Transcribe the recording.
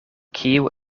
kiu